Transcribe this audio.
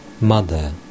Mother